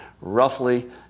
roughly